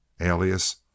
alias